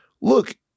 look